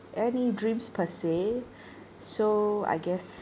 any dreams per se so I guess